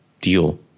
deal